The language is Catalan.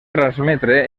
transmetre